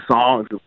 songs